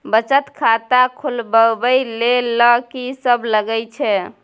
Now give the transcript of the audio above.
बचत खाता खोलवैबे ले ल की सब लगे छै?